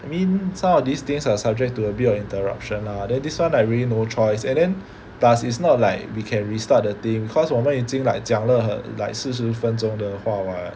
I mean some of these things are subject to a bit of interruption lah then this one like really no choice and then plus it's not like we can restart the thing cause 我们已经 like 讲了 like 四十分钟的话 [what]